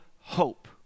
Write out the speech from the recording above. hope